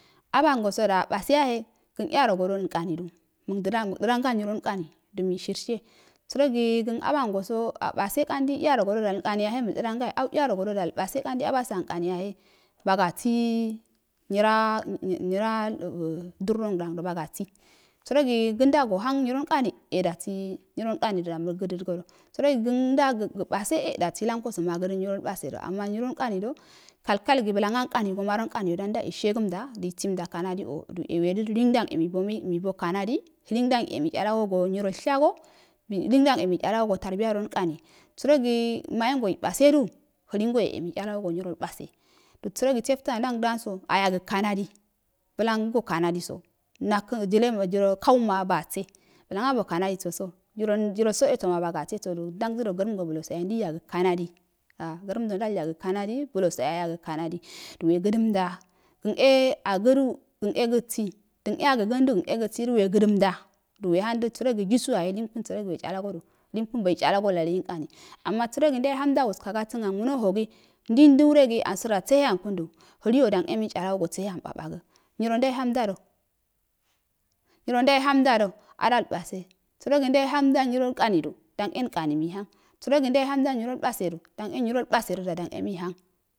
Abangu sada babeyahe kən uyarogodo nkinidu mudədan mudədonga nymol nkami do mishərsihe sərogi kən abangobo aba se kandi iyarogo dal kna ymhe mldədagayo an iyarogodadal base kkanadi orbangosada ankani yohe bagosi nyira nyira un un durangan bagoti sərogi kənda go hom nyrol kami ɛ dozi nyir ow koni doda məg gəgo godo sarogi kando gabase a dasi wurankoso managna nyinrol basedo ama nyiro nkanrido kalka gi ulamkaru so maal nkani da ishegumada chi gima kanadi o. do lingba de mibo kenadi so nyiol shago ingsom da imitchalogo go tabiya ro sarogi maye ngoto base da lengoyo e mitehala dogo nyrol base sorogi sebatandoroso sorogi sebtandoroso ayaga kanade bulan so kanadi naka jelema kaunma baasi bulam abo kanadiso so juro sojseso ma basiso dandədo gərəm go bulasiso ndei yago kanadi gram do dalyagə kamadi bulosk də ayagə kanadi do we gadəmda kən a gədu a də nadalsi dən a gədi a də ndalsi du we gədəmada do we handu du we lenku yahe boitchalago da lankani ama sərogi ndawa hamda waskagasando a nguno hogi ndei nduregi ansoda sehe ankundo ingo mei hohalaogo go sehaya babaga nyiru n dawe handada nyiro ndwehamdado a dail babe sarogi ndowe handa nyiroinkamido dan nyoinkari da meihm ga agi ndowe hauda nyiro ibasedu denda a maham,